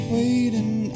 Waiting